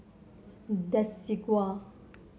desigual